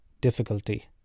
difficulty